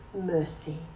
mercy